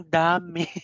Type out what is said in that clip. dami